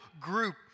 group